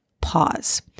pause